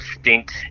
stint